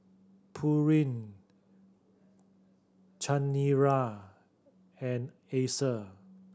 Pureen Chanira and Acer